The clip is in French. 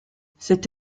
cette